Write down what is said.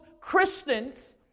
Christians